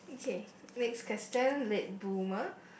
okay next question late boomer